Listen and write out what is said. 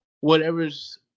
whatever's